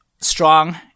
strong